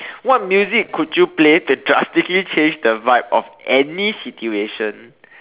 what music could you play to drastically change the vibe of any situation